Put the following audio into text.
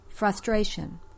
Frustration